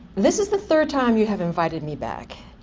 this is the third time you have invited me back